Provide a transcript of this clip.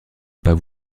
pas